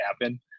happen